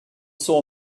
saw